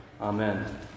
Amen